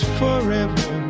forever